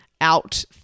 out